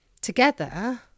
Together